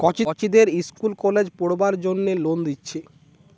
কচিদের ইস্কুল কলেজে পোড়বার জন্যে লোন দিচ্ছে